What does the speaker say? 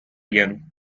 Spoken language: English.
young